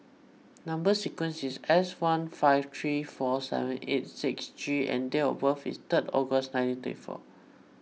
Number Sequence is S one five three four seven eight six G and date of birth is third August nineteen thirty four